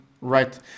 Right